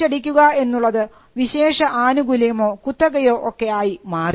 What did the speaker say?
അച്ചടിക്കുക എന്നുള്ളത് വിശേഷ ആനുകൂല്യമോ കുത്തകയോ ഒക്കെ ആയി മാറി